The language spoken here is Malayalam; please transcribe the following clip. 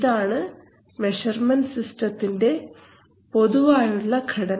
ഇതാണ് മെഷർമെൻറ് സിസ്റ്റത്തിൻറെ പൊതുവായുള്ള ഘടന